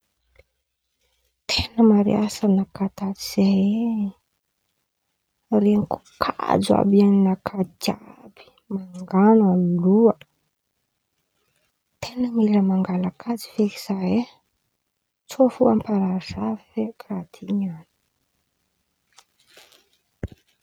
Ten̈a mare asanakà tato zay e, renin̈oko kajo àby ain̈aka jiàby, mangan̈a loha, ten̈a mila mangala kajo feky zaho e, tsô fo amparary zaho feky raha ty niany.